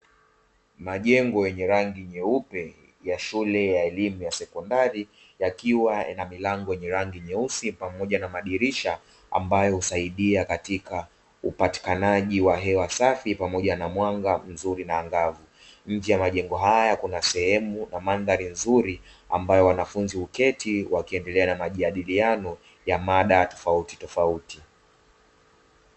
Majengo yenye rangi nyeupe ya shule ya elimu ya sekondari yakiwa yana milango yenye rangi nyeusi, pamoja na madirisha ambayo husaidia katika upatikanaji wa hewa safi, pamoja na mwanga mzuri na ngavu. Nje ya majengo haya kuna sehemu na mandhari nzuri, ambayo wanafunzi huketi wakiendelea na majadiliano ya mada tofautitofauti.